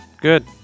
good